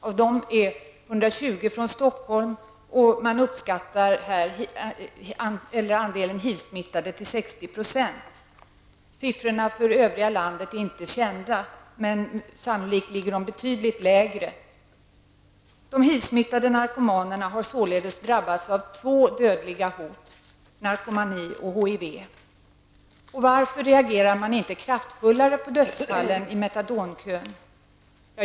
Av dessa är 120 från Stockholm, och andelen HIV-smittade uppskattas till 60 %. Siffrorna från övriga landet är inte kända, men sannolikt ligger de betydligt lägre. De HIV-smittade narkomanerna har således drabbats av två dödliga hot: narkomani och HIV. Varför reagerar man inte kraftfullare på dödsfallen i metadonkön?